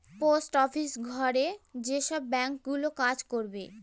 post office ঘরে যেসব bank গুলো কাজ করবে